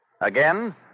Again